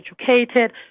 educated